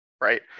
right